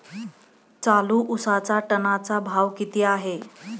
चालू उसाचा टनाचा भाव किती आहे?